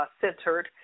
centered